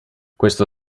questo